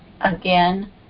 again